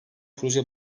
proje